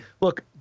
Look